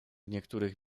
niektórych